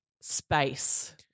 space